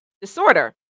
disorder